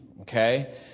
okay